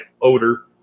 odor